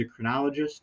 endocrinologist